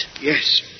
Yes